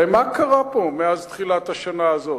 הרי מה קרה פה מאז תחילת השנה הזאת?